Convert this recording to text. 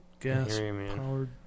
gas-powered